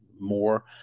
more